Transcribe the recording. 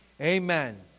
Amen